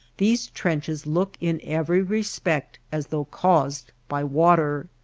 these trenches look in every respect as though caused by water.